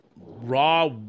Raw